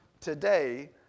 today